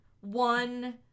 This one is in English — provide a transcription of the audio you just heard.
one